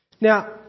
Now